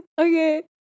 okay